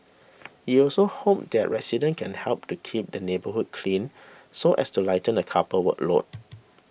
he also hopes that residents can help to keep the neighbourhood clean so as to lighten the couple's workload